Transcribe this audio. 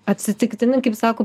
atsitiktinai kaip sako